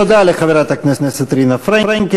תודה לחברת הכנסת רינה פרנקל.